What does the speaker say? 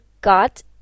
got